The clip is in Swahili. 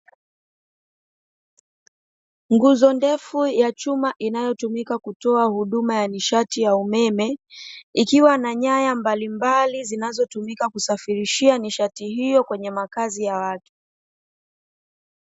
Nguzo ndefu ya chuma, inayotumika kutoa huduma ya nishati ya umeme ikiwa na nyaya mbalimbali zinazotumika kusafirishia nishati hiyo kwenye makazi ya watu.